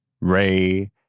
Ray